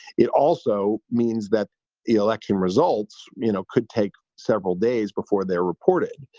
it also means that the election results you know could take several days before they're reported.